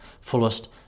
fullest